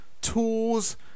tools